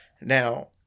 Now